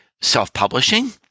self-publishing